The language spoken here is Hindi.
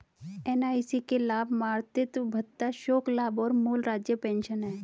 एन.आई.सी के लाभ मातृत्व भत्ता, शोक लाभ और मूल राज्य पेंशन हैं